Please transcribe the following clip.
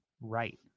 right